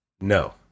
No